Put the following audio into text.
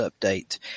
update